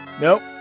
Nope